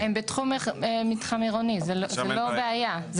לא, הם בתחום מתחם עירוני, זה לא בעיה.